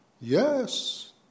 Yes